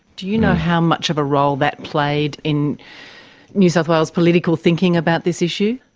do you know how much of a role that played in new south wales' political thinking about this issue?